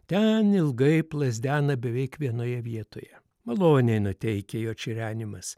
ten ilgai plazdena beveik vienoje vietoje maloniai nuteikia jo čirenimas